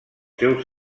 seus